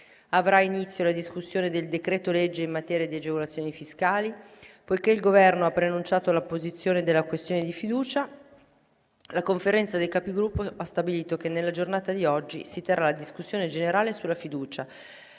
avrà inizio la discussione del decreto-legge in materia di agevolazioni fiscali. Poiché il Governo ha preannunciato la posizione della questione di fiducia, la Conferenza dei Capigruppo ha stabilito che nella giornata di oggi si terrà la discussione sulla fiducia